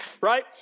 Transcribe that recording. right